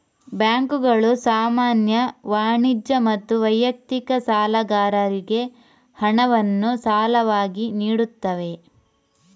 ಬ್ಯಾಂಕುಗಳು ಸಾಮಾನ್ಯ, ವಾಣಿಜ್ಯ ಮತ್ತು ವೈಯಕ್ತಿಕ ಸಾಲಗಾರರಿಗೆ ಹಣವನ್ನು ಸಾಲವಾಗಿ ನೀಡುತ್ತವೆ